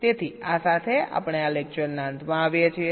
તેથી આ સાથે આપણે આ લેકચરના અંતમાં આવીએ છીએ